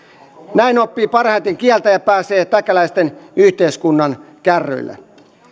näin oppii parhaiten kieltä ja pääsee täkäläisen yhteiskunnan kärryille